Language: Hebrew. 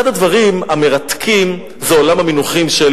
אחד הדברים המרתקים הוא עולם המינוחים של